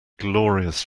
glorious